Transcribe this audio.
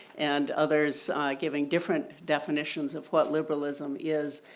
and others giving different definitions of what liberalism is.